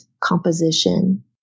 composition